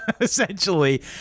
essentially